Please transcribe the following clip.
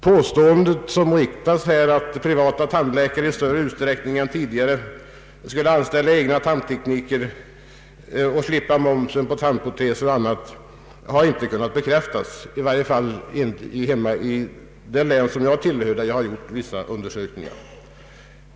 Påståendet att privata tandläkare i större utsträckning än tidigare skulle anställa egna tandtekniker och slippa momsen på tandproteser och annat, har inte kunnat bekräftas, i varje fall inte i mitt län där det gjorts vissa undersökningar.